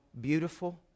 Beautiful